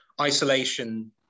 isolation